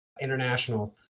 international